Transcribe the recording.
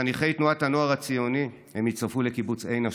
כחניכי תנועת הנוער הציוני הם הצטרפו לקיבוץ עין השלושה,